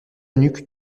nuque